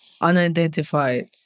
unidentified